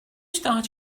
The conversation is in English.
start